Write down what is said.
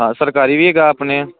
ਸਰਕਾਰੀ ਵੀ ਹੈਗਾ ਆਪਣੇ